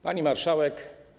Pani Marszałek!